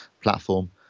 platform